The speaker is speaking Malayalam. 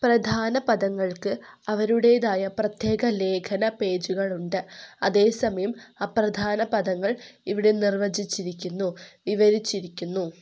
പ്രധാന പദങ്ങൾക്ക് അവരുടേതായ പ്രത്യേക ലേഖന പേജുകളുണ്ട് അതേസമയം അപ്രധാന പദങ്ങള് ഇവിടെ നിർവചിച്ചിരിക്കുന്നു വിവരിച്ചിരിക്കുന്നു